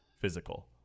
physical